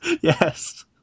Yes